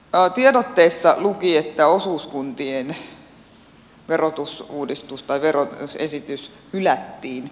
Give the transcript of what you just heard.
tiedotteissa luki että osuuskuntien verotusuudistus tai veroesitys hylättiin